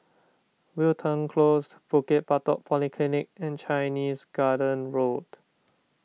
Wilton Close Bukit Batok Polyclinic and Chinese Garden Road